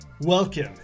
Welcome